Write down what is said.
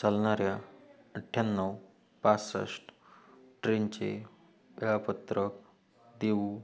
चालणाऱ्या अठ्ठ्याण्णव पासष्ट ट्रेनचे वेळापत्रक देऊ